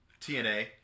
TNA